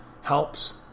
helps